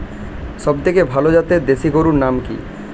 সবথেকে ভালো জাতের দেশি গরুর নাম কি?